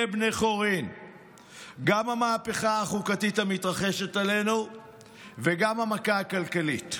גם המהפכה החוקתית מתרגשת עלינו וגם המכה הכלכלית.